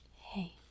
hey